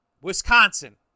Wisconsin